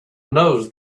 knows